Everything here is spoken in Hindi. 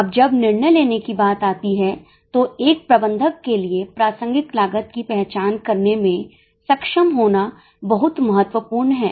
अब जब निर्णय लेने की बात आती है तो एक प्रबंधक के लिए प्रासंगिक लागत की पहचान करने में सक्षम होना बहुत महत्वपूर्ण है